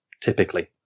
typically